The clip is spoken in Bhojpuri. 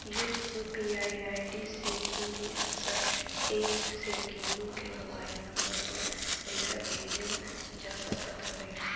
यू.पी.आई आई.डी से इ सब एप्प से केहू के मोबाइल नम्बर पअ पईसा भेजल जा सकत हवे